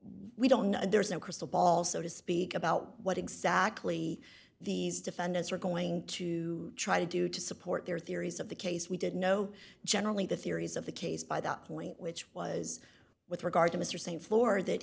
we don't there's no crystal ball so to speak about what exactly these defendants are going to try to do to support their theories of the case we did know generally the theories of the case by that point which was with regard to mr same floor that